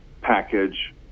package